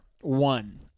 one